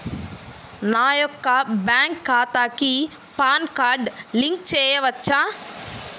నా యొక్క బ్యాంక్ ఖాతాకి పాన్ కార్డ్ లింక్ చేయవచ్చా?